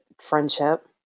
Friendship